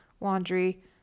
laundry